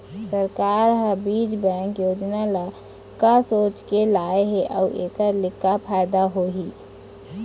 सरकार ह बीज बैंक योजना ल का सोचके लाए हे अउ एखर ले का फायदा होही?